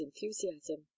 enthusiasm